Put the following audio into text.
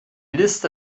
liste